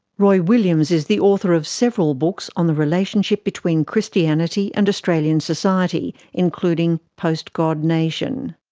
roy williams is the author of several books on the relationship between christianity and australian society, including post god nation.